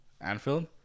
Anfield